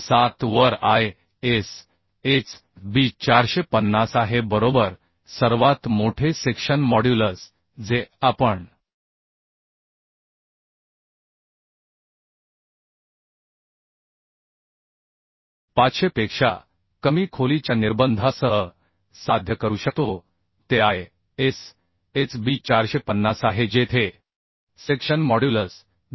907 वर ISHB 450 आहे बरोबर सर्वात मोठे सेक्शन मॉड्युलस जे आपण 500 पेक्षा कमी खोलीच्या निर्बंधासह साध्य करू शकतो ते ISHB 450 आहे जेथे सेक्शन मॉड्युलस 2030